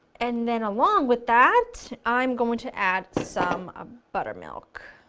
and then along with that i'm going to add some um buttermilk.